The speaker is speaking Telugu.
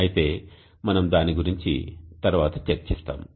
అయితే మనం దాని గురించి తర్వాత చర్చిస్తాము